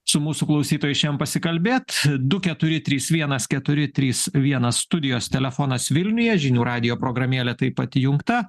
su mūsų klausytojais šiandien pasikalbėt du keturi trys vienas keturi trys vienas studijos telefonas vilniuje žinių radijo programėlė taip pat įjungta